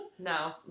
No